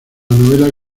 novela